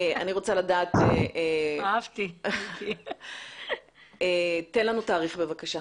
תן לנו תאריך, בבקשה.